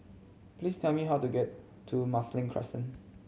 please tell me how to get to Marsiling Crescent